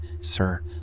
Sir